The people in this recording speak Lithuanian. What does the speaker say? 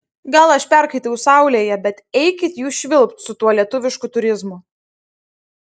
gal aš perkaitau saulėje bet eikit jūs švilpt su tuo lietuvišku turizmu